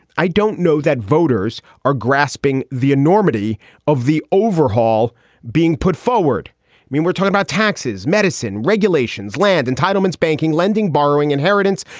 i don't know that voters are grasping the enormity of the overhaul being put forward. i mean, we're talking about taxes, medicine, regulations, land entitlements, banking, lending, borrowing, inheritance,